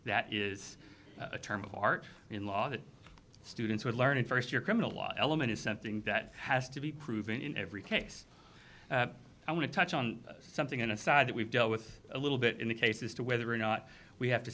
that is a term of art in law that students would learn in first year criminal law element is something that has to be proven in every case i want to touch on something in a side that we've dealt with a little bit in the case as to whether or not we have to